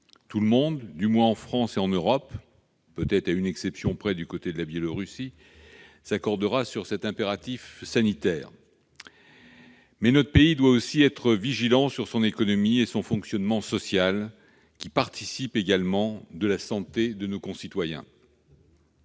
Tout le monde, du moins en France et en Europe- peut-être à une exception près, du côté de la Biélorussie -, s'accordera sur cet impératif sanitaire. Toutefois, notre pays doit aussi être vigilant à l'égard de son économie et de son fonctionnement social, qui contribuent également à la santé de nos concitoyens.